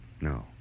No